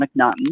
mcnaughton